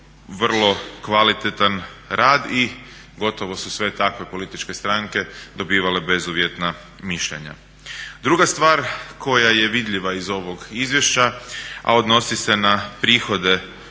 vrlo kvalitetan rad i gotovo su sve takve političke stranke dobivale bezuvjetna mišljenja. Druga stvar, koja je vidljiva iz ovog izvješća, a odnosi se na prihode političkih